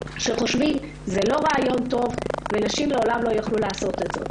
שחושבים שזה לא רעיון טוב ושנשים לעולם לא יוכלו לעשות את זה.